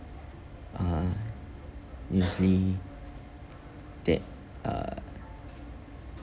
uh usually that uh